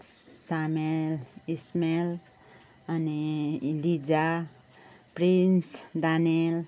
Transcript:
Samuel Ismail अनि Liza Prince Daniel